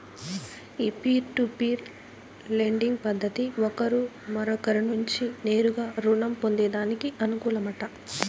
ఈ peer to peer lending పద్దతి ఒకరు మరొకరి నుంచి నేరుగా రుణం పొందేదానికి అనుకూలమట